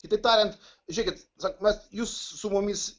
kitaip tariant žiūrėkitna vat jūs su mumis